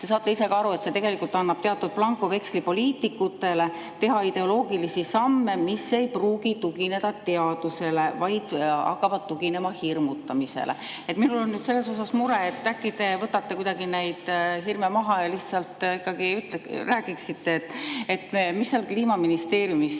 saate ise ju ka aru, teatud blankoveksli poliitikutele teha ideoloogilisi samme, mis ei pruugi tugineda teadusele, vaid hakkavad tuginema hirmutamisele. Minul on nüüd mure. Äkki te võtate kuidagi neid hirme maha ja lihtsalt ikkagi räägite, mis seal Kliimaministeeriumis